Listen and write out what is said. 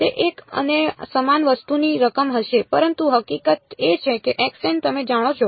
તે એક અને સમાન વસ્તુની રકમ હશે પરંતુ હકીકત એ છે કે તમે જાણો છો